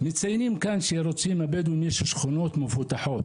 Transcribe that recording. מציינים כאן שהבדואים רוצים שכונות מפותחות.